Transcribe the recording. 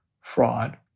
fraud